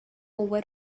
over